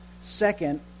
Second